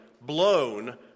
blown